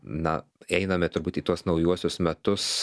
na einame turbūt į tuos naujuosius metus